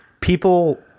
people